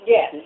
Yes